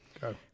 Go